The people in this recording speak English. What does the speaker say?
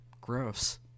Gross